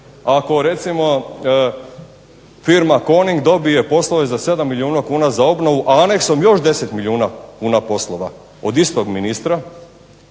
Ako recimo firma Coning dobije poslove za 7 milijuna kuna za obnovu, a aneksom još 10 milijuna kuna poslova, od istog ministra